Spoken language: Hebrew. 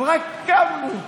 רק קמנו.